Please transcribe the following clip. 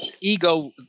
ego